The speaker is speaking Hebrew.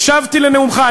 הקשבתי לנאומך.